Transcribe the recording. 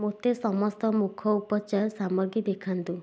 ମୋତେ ସମସ୍ତ ମୁଖ ଉପଚାର ସାମଗ୍ରୀ ଦେଖାନ୍ତୁ